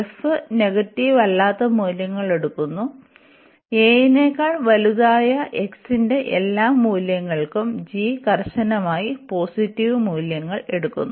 f negative അല്ലാത്ത മൂല്യങ്ങൾ എടുക്കുന്നു a നെക്കാൾ വലുതായ x ന്റെ എല്ലാ മൂല്യങ്ങൾക്കും g കർശനമായി പോസിറ്റീവ് മൂല്യങ്ങൾ എടുക്കുന്നു